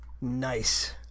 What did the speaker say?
Nice